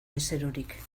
bezerorik